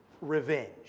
revenge